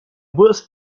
words